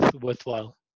worthwhile